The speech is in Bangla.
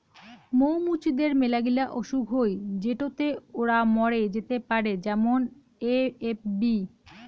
মৌ মুচিদের মেলাগিলা অসুখ হই যেটোতে ওরা মরে যেতে পারে যেমন এ.এফ.বি